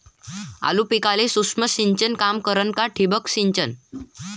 आलू पिकाले सूक्ष्म सिंचन काम करन का ठिबक सिंचन?